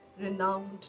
renowned